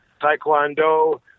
Taekwondo